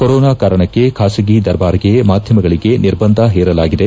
corona ಕಾರಣಕ್ಕೆ ಖಾಸಗಿ ದರ್ಬಾರ್ಗೆ ಮಾದ್ದಮಗಳಿಗೆ ನಿರ್ಬಂದ ಹೇರಲಾಗಿದೆ